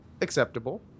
acceptable